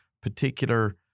particular